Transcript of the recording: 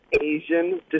Asian